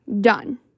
done